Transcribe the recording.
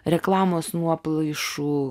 reklamos nuoplaišų